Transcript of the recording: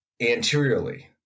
anteriorly